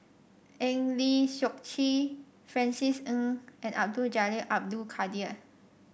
Eng Lee Seok Chee Francis Ng and Abdul Jalil Abdul Kadir